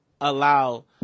allow